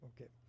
Okay